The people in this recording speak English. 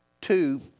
two